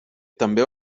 també